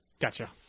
gotcha